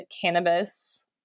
cannabis